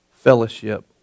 fellowship